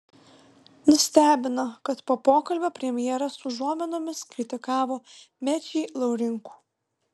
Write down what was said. nustebino kad po pokalbio premjeras užuominomis kritikavo mečį laurinkų